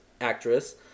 actress